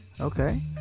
Okay